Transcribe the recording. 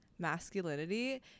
masculinity